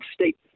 State